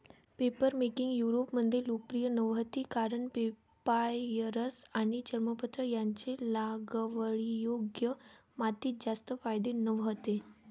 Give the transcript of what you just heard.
papermaking युरोपमध्ये लोकप्रिय नव्हती कारण पेपायरस आणि चर्मपत्र यांचे लागवडीयोग्य मातीत जास्त फायदे नव्हते